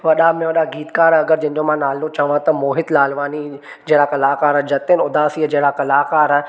वॾा में वॾा गीतकार अगरि जंहिंजो मा नालो चवां त मोहित लालवानी जहिड़ा कलाकार जतिन उदासीअ जेड़ा कलाकार